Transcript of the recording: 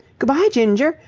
good-bye, ginger.